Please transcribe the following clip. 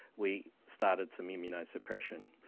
we started some immunosuppression.